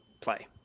play